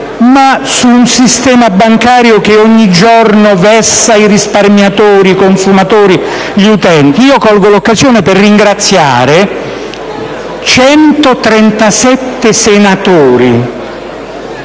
ma verso un sistema bancario che ogni giorno vessa i risparmiatori, i consumatori e gli utenti. Colgo l'occasione per ringraziare 137 senatori